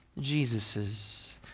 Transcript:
Jesus's